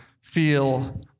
feel